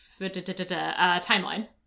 Timeline